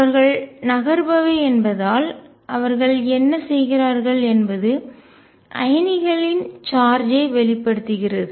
அவர்கள் நகர்பவை மொபைல் என்பதால் அவர்கள் என்ன செய்கிறார்கள் என்பது அயனிகளின் சார்ஜ் ஐ வெளிப்படுத்துகிறது